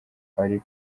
ari